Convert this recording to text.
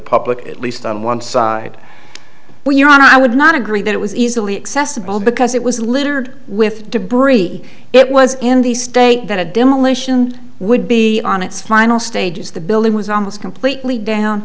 public at least on one side we're on i would not agree that it was easily accessible because it was littered with debris it was in the state that a demolition would be on its final stages the building was almost completely down